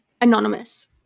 anonymous